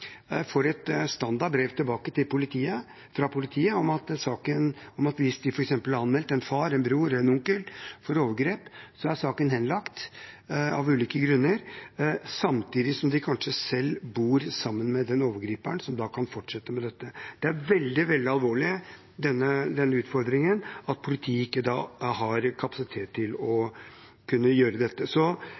et standardbrev tilbake fra politiet. De har f.eks. anmeldt en far, en bror eller en onkel for overgrep, og så er saken henlagt av ulike grunner. Samtidig bor de kanskje sammen med overgriperen, som kan fortsette med dette. Denne utfordringen er veldig alvorlig – at politiet ikke har kapasitet til å kunne gjøre noe med dette.